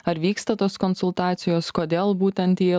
ar vyksta tos konsultacijos kodėl būtent jie